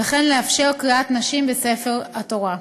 וכן לאפשר קריאת נשים בספר התורה.